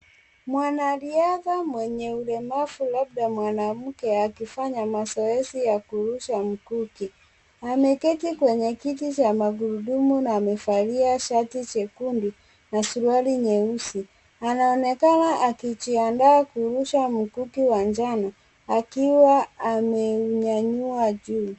Mwanariadha mwenye ulemavu labda mwanamke akifanya mazoezi ya kurusha mkuki. Ameketi kwenye kiti cha magurudumu na amevalia shati jekundu na suruali nyeusi. Anaonekana akijiandaa kurusha mkuki wa njano, akiwa ameunyanyua juu.